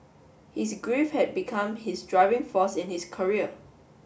his grief had become his driving force in his career